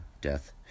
death